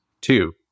Two